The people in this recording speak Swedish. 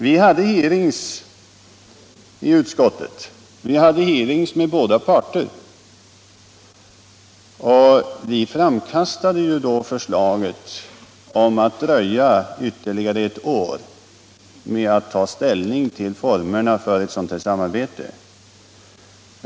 Vi hade i utskottet hearings med båda parter, och vi framkastade då förslaget att vi skulle dröja ytterligare ett år med att ta ställning till formerna för ett sådant här samarbete.